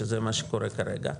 שזה מה שקורה כרגע.